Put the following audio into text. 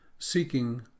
seeking